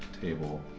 table